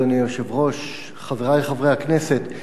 אדוני היושב-ראש, חברי חברי הכנסת,